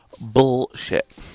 Bullshit